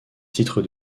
titre